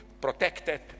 protected